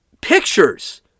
pictures